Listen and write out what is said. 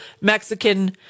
Mexican